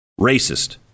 Racist